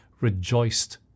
rejoiced